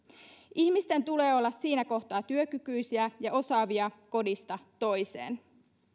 ihmisten tulee olla siinä kohtaa työkykyisiä ja osaavia kodista toiseen